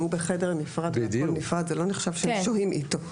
אם הוא בחדר נפרד והכל נפרד זה לא נחשב שהם שוהים איתו.